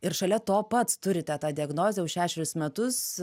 ir šalia to pats turite tą diagnozę jau šešerius metus